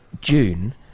June